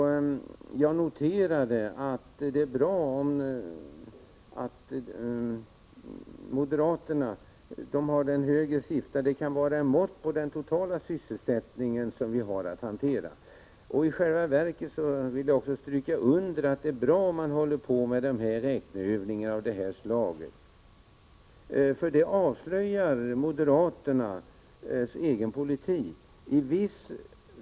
Vidare noterade jag att — och det är bra — moderaterna har räknat fram högre siffror. Det kan vara ett mått på den totala sysselsättning som vi har att hantera. Jag vill understryka att det i själva verket är bra att man håller på med räkneövningar av det här slaget, för då avslöjas moderaternas egen politik.